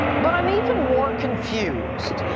but i'm even more confused.